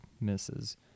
misses